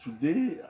Today